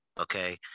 Okay